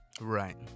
right